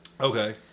Okay